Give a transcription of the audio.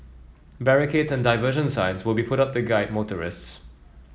barricades and diversion signs will be put up to guide motorists